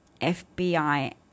FBI